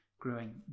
growing